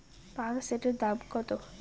পাম্পসেটের দাম কত?